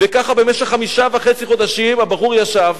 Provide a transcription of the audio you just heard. וכך במשך חמישה חודשים וחצי הבחור ישב,